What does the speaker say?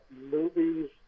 movies